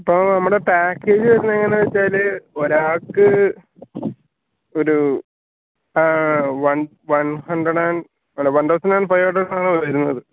അപ്പോൾ നമ്മുടെ പാക്കേജ് വരുന്നത് എങ്ങനെ ആണെന്ന് വെച്ചാൽ ഒരാൾക്ക് ഒരു വൺ വൺ ഹൺഡ്രഡ്സ് ആൻഡ് അല്ല one thousand and five hundred ആണ് വരുന്നത്